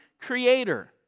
creator